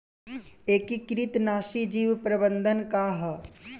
एकीकृत नाशी जीव प्रबंधन का ह?